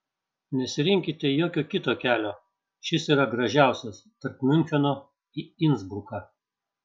nesirinkite jokio kito kelio šis yra gražiausias tarp miuncheno į insbruką